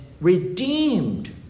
redeemed